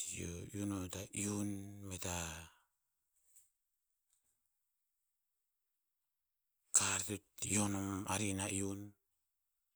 iu no ta iun me ta kar to hio non arihin na iun.